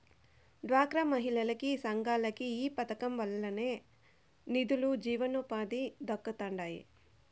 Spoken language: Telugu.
డ్వాక్రా మహిళలకి, సంఘాలకి ఈ పదకం వల్లనే నిదులు, జీవనోపాధి దక్కతండాడి